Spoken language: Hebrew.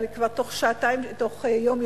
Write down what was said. תוך יום,